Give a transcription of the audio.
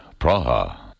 Praha